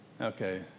Okay